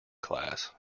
class